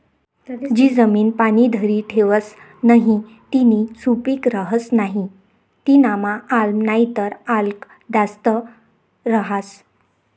जी जमीन पाणी धरी ठेवस नही तीनी सुपीक रहस नाही तीनामा आम्ल नाहीतर आल्क जास्त रहास